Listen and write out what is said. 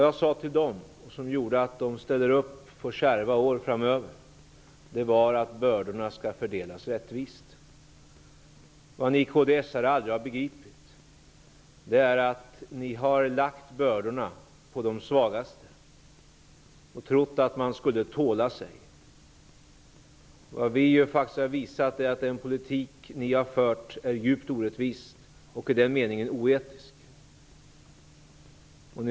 Jag sade till dem att bördorna skall fördelas rättvist. Det gör att de ställer upp på kärva år framöver. Det ni kristdemokrater aldrig begripit är att ni lagt bördorna på de svagaste. Ni har trott att man skulle tåla sig. Men vi socialdemokrater har visat att den politik som regeringen har fört är djupt orättvis och i den meningen oetisk.